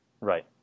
Right